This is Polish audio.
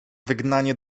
wygnanie